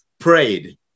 prayed